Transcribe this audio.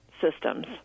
systems